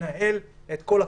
שמנהל את כל הכוח הזה.